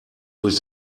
durch